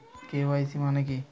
KYC মানে কী?